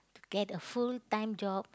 to get a full-time job